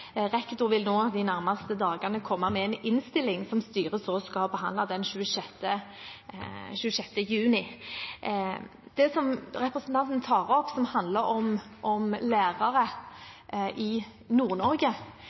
og vil en av de nærmeste dagene komme med en innstilling, som styret så skal behandle den 26. juni. Det representanten tar opp, som handler om lærere